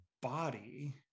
body